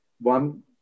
one